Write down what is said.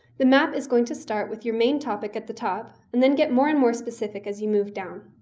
the map is going to start with your main topic at the top and then get more and more specific as you move down.